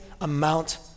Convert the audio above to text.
amount